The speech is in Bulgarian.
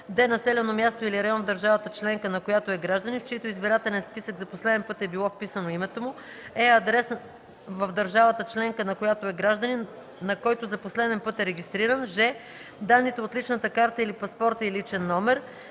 д) населено място или район в държавата членка, на която е гражданин, в чийто избирателен списък за последен път е било вписано името му; е) адрес в държавата членка, на която е гражданин, на който за последен път е регистриран; ж) данните от личната карта или паспорта и личен номер;